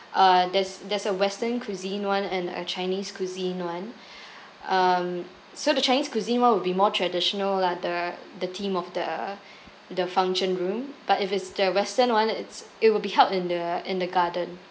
uh there's there's a western cuisine one and a chinese cuisine one um so the chinese cuisine one will be more traditional lah the the theme of the the function room but if it's the western one it's it will be held in the in the garden